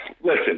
listen